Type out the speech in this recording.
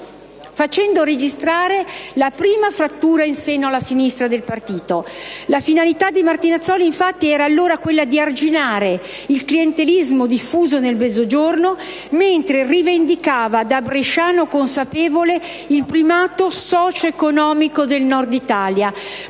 facendo registrare la prima frattura in seno alla sinistra del partito. La finalità di Martinazzoli infatti era allora quella di arginare il clientelismo diffuso nel Mezzogiorno, mentre rivendicava, da bresciano consapevole, il primato socio-economico del Nord d'Italia,